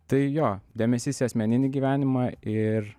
tai jo dėmesys į asmeninį gyvenimą ir